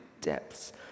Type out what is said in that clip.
depths